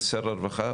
לשר הרווחה,